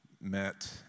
met